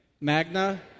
Magna